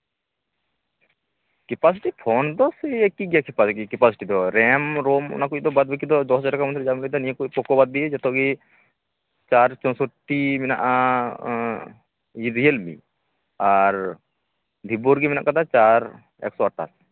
capacity phone ᱫᱚ ᱮᱠᱤ ᱜᱮᱭᱟ ᱠᱮᱯᱟᱥᱤᱴᱤ ᱫᱚ ᱨᱮᱢ ᱨᱚᱢ ᱚᱱᱟᱠᱚ ᱫᱚ ᱵᱟᱫᱽ ᱵᱟᱹᱠᱤ ᱫᱚ ᱫᱚᱥ ᱦᱟᱡᱟᱨ ᱴᱟᱠᱟ ᱢᱚᱫᱽᱫᱷᱮ ᱨᱮ ᱡᱟᱦᱟᱢ ᱞᱟᱹᱭᱫᱟ ᱱᱤᱭᱟᱹᱠᱚ ᱡᱚᱛᱚᱜᱮ ᱪᱟᱨ ᱪᱚᱥᱳᱴᱴᱤ ᱢᱮᱱᱟᱜᱼᱟ ᱨᱤᱭᱮᱞᱢᱤ ᱟᱨ ᱵᱷᱤᱵᱳ ᱜᱮ ᱢᱮᱱᱟᱜ ᱠᱟᱫᱟ ᱪᱟᱨ ᱮᱠᱥᱚ ᱟᱴᱷᱟᱥ